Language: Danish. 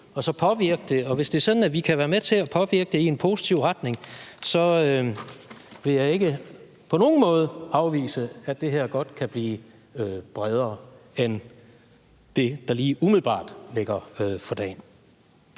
ind at påvirke det, og hvis det er sådan, at vi kan være med til at påvirke det i en positiv retning, vil jeg ikke på nogen måde afvise, at det her godt kan blive bredere, end det umiddelbart ser ud til nu.